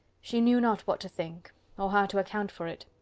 she knew not what to think, or how to account for it.